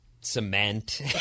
cement